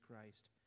Christ